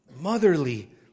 motherly